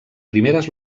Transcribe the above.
primeres